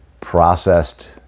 processed